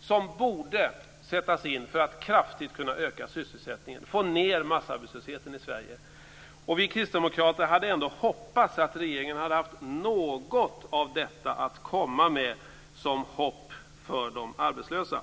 som borde sättas in för att kraftigt öka sysselsättningen och få ned massarbetslösheten i Sverige. Vi kristdemokrater hade ändå hoppats att regeringen hade haft något av detta att komma med som hopp för de arbetslösa.